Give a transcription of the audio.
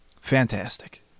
Fantastic